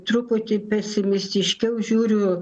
truputį pesimistiškiau žiūriu